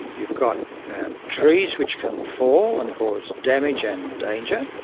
you've got trees which can fall and cause damage and danger,